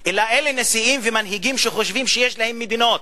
אלא נשיאים ומנהיגים שחושבים שיש להם מדינות.